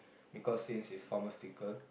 because since it's pharmaceutical